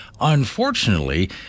unfortunately